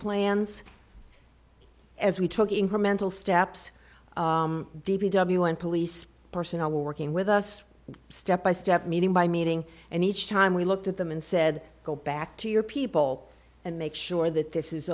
plans as we took incremental steps d p w and police personnel working with us step by step meeting by meeting and each time we looked at them and said go back to your people and make sure that this is